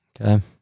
Okay